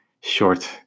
short